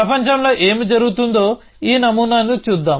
ప్రపంచంలో ఏమి జరుగుతుందో ఈ నమూనాను చూద్దాం